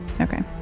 Okay